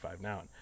now